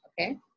Okay